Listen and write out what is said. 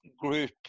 group